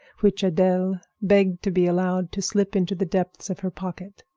which adele begged to be allowed to slip into the depths of her pocket.